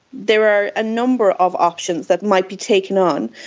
there are a number of options that might be taken on.